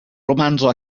romanzo